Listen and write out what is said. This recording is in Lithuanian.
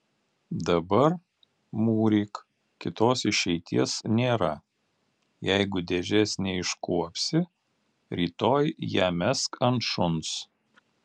dabar mūryk kitos išeities nėra jeigu dėžės neiškuopsi rytoj ją mesk ant šuns